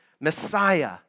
Messiah